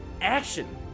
action